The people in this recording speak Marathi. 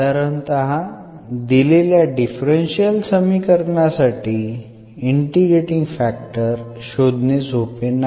साधारणतः दिलेल्या डिफरन्शियल समीकरणासाठी इंटिग्रेटींग फॅक्टर शोधणे सोपे नाही